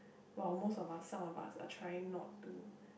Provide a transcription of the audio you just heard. while most of us some of us are trying not to